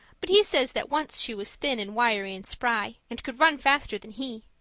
but he says that once she was thin and wiry and spry and could run faster than he.